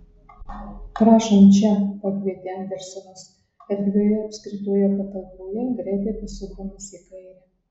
prašom čia pakvietė andersonas erdvioje apskritoje patalpoje greitai pasukdamas į kairę